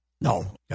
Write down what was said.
No